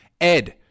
Ed